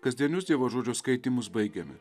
kasdienius dievo žodžio skaitymus baigiame